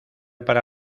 para